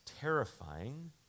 terrifying